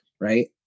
right